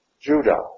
Judah